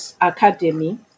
academy